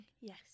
Yes